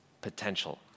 potential